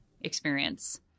experience